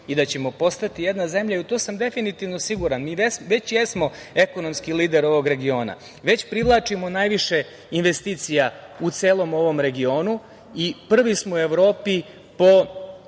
i da ćemo postati jedna zemlja, u to sam definitivno siguran, već smo ekonomski lider ovog regiona. Već privlačimo najviše investicija u celom ovom regionu i prvi smo u Evropi po